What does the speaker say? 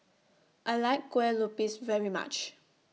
I like Kueh Lupis very much